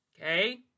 Okay